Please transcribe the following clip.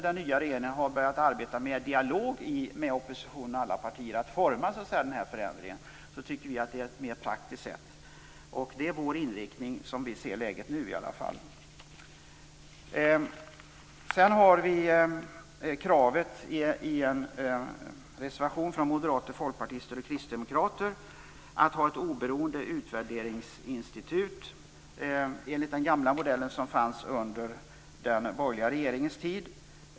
Den nya regeringen har börjat arbeta i dialog med oppositionen, med alla partier, för att forma den här förändringen. Det tycker vi är ett mer praktiskt sätt. Det är vår inriktning som vi ser läget nu i alla fall. Kristdemokraterna framförs krav på ett oberoende utvärderingsinstitut enligt den gamla modellen som fanns under den borgerliga regeringens tid.